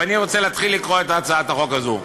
ואני רוצה להתחיל לקרוא את הצעת החוק הזו.